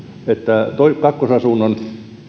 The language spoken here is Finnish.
että kakkosasunnon